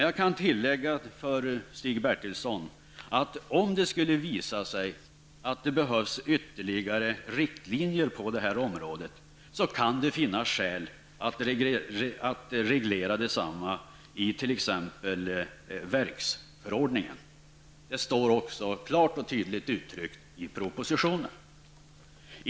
Jag kan upplysa Stig Bertilsson om att om det visar sig att det behövs ytterligare riktlinjer på detta område, kan det finnas skäl att reglera detta i verksförordningen, vilket också klart och tydligt uttrycks i propositionen.